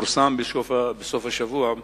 פורסם בסוף השבוע: